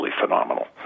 phenomenal